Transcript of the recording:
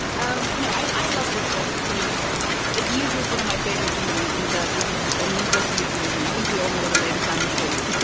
um no, i love this one because it uses one of my favorite things in in fast which is a needless euphemism. i think we all know what a lady sandwiches yeah